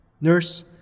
Nurse